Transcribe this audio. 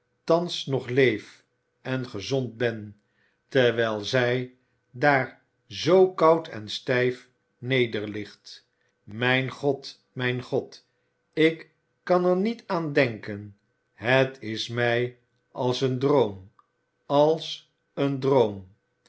thans nog leef en gezond ben terwijl zij daar zoo koud en stijf nederligt mijn god mijn god ik kan er niet aan denken het is mij als een droom als een droom